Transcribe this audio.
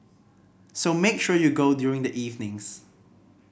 so make sure you go during the evenings